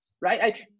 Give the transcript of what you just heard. right